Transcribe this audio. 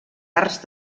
arts